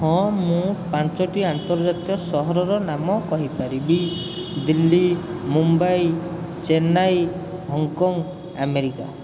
ହଁ ମୁଁ ପାଞ୍ଚଟି ଆନ୍ତର୍ଜାତୀୟ ସହରର ନାମ କହିପାରିବି ଦିଲ୍ଲୀ ମୁମ୍ବାଇ ଚେନ୍ନାଇ ହଂକଂ ଆମେରିକା